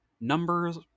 numbers